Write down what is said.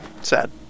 Sad